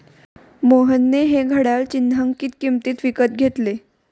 मोहनने हे घड्याळ चिन्हांकित किंमतीत विकत घेतले